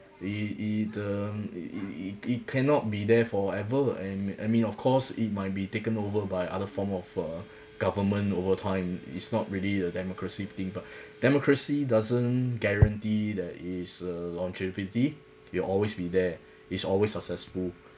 it it uh it it it cannot be there forever and I mean of course it might be taken over by other form of uh government over time is not really a democracy thing but democracy doesn't guarantee that is a longevity it'll always be there is always successful